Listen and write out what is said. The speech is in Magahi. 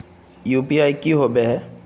यु.पी.आई की होबे है?